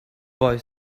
boy